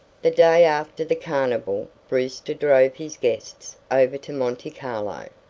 the day after the carnival brewster drove his guests over to monte carlo.